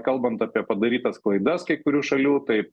kalbant apie padarytas klaidas kai kurių šalių tai